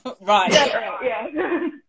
right